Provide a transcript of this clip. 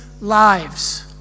lives